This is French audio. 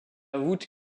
voûte